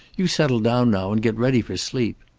you settle down now and get ready for sleep.